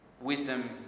wisdom